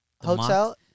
hotel